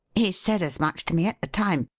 he said as much to me at the time.